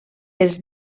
els